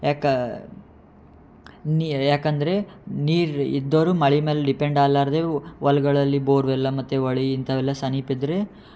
ಯಾಕೆ ನೀ ಯಾಕಂದರೆ ನೀರು ಇದ್ದೋರು ಮಳೆ ಮೇಲೆ ಡಿಪೆಂಡ್ ಆಗ್ಲಾರ್ದೆ ಹೊಲ್ಗಳಲ್ಲಿ ಬೋರ್ವೆಲ್ಲ ಮತ್ತು ಹೊಳಿ ಇಂಥವೆಲ್ಲ ಸಮೀಪ್ ಇದ್ದರೆ